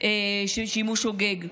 של שימוש בשוגג,